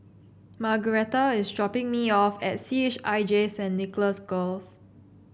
Margaretta is dropping me off at C H I J Saint Nicholas Girls